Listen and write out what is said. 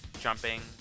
jumping